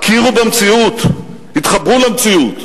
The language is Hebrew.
הכירו במציאות, התחברו למציאות.